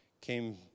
came